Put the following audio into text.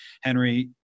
Henry